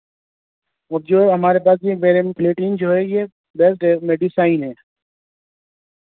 وہ جو ہمارے پاس یہ میرے پلیٹین جو ہے یہ بیس ہے میڈیسائن ہے